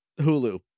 Hulu